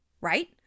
Right